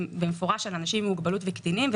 אם יהיה לנו זמן, זה יהיה מבורך לשמוע.